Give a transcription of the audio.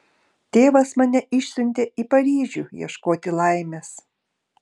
tėvas mane išsiuntė į paryžių ieškoti laimės